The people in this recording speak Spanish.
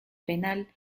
penal